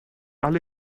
alle